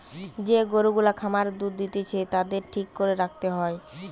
যে গরু গুলা খামারে দুধ দিতেছে তাদের ঠিক করে রাখতে হয়